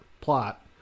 plot